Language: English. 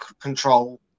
control